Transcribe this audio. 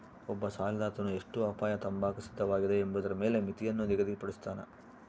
ಒಬ್ಬ ಸಾಲದಾತನು ಎಷ್ಟು ಅಪಾಯ ತಾಂಬಾಕ ಸಿದ್ಧವಾಗಿದೆ ಎಂಬುದರ ಮೇಲೆ ಮಿತಿಯನ್ನು ನಿಗದಿಪಡುಸ್ತನ